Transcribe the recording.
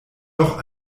doch